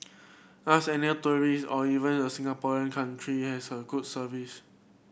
ask any tourist or even a Singaporean country has a good service